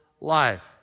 life